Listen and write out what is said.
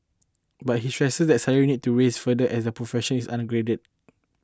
but he stressed that salaries need to rise further as the profession is upgraded